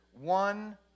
one